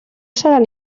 seran